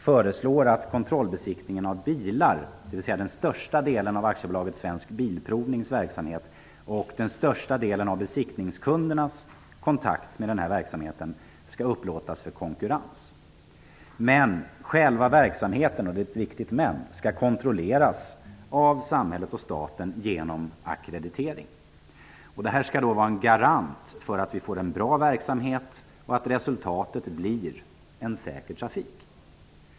Vi föreslår att kontrollbesiktningen av bilar, dvs. den största delen av AB Svensk Bilprovnings verksamhet och den största delen av besiktningskundernas kontakt med verksamheten, skall upplåtas för konkurrens. Men själva verksamheten -- och det är ett viktigt ''men'' -- skall kontrolleras av samhället och staten genom ackreditering. Detta skall vara en garanti för en bra verksamhet och för att resultatet blir en säker trafik.